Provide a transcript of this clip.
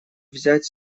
взять